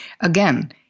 Again